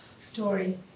story